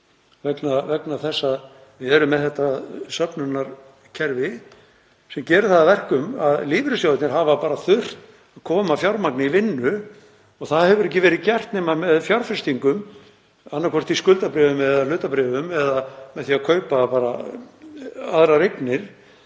vegna þess að við erum með þetta söfnunarkerfi sem gerir að verkum að lífeyrissjóðirnir hafa þurft að koma fjármagni í vinnu og það hefur ekki verið gert nema með fjárfestingum, annaðhvort í skuldabréfum eða hlutabréfum eða með því að kaupa aðrar eignir